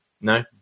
No